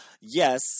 Yes